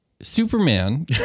Superman